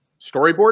Storyboard